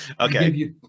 Okay